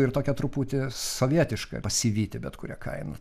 ir tokia truputį sovietiška pasivyti bet kuria kaina